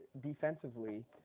defensively